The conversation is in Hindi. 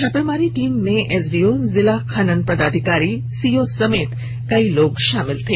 छापेमारी टीम में एसडीओ जिला खनन पदाधिकारी सीओ समेत कई लोग शामिल थे